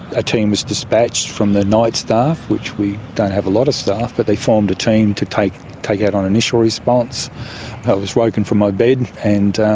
a team was despatched from the night staff which we don't have a lot of staff, but they formed a team to take take out on initial response. i was woken from my bed and